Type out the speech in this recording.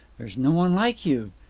there's no one like you,